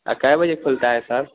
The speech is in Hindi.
अ कै बजे खुलता है सर